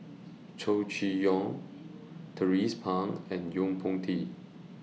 Chow Chee Yong Tracie Pang and Yo Po Tee